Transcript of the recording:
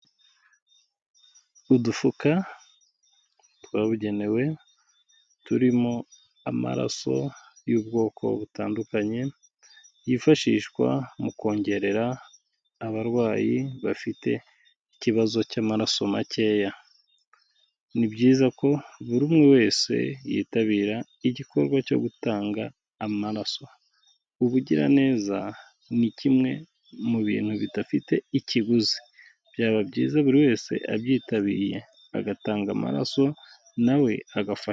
Udufuka twabugenewe turimo amaraso y'ubwoko butandukanye yifashishwa mu kongerera abarwayi bafite ikibazo cy'amaraso makeya. Ni byiza ko buri umwe wese yitabira igikorwa cyo gutanga amaraso. Ubugiraneza ni kimwe mu bintu bidafite ikiguzi. Byaba byiza buri wese abyitabiriye, agatanga amaraso nawe agafasha.